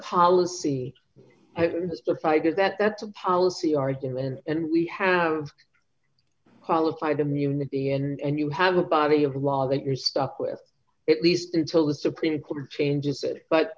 did that that's a policy argument and we have qualified immunity and you have a body of law that you're stuck with it least until the supreme court changes it but